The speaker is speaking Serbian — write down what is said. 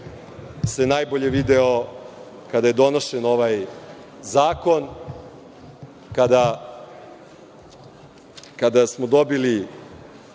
se najbolje video kada je donošen ovaj zakon, kada smo dobili